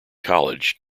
college